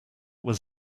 was